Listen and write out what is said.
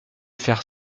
faire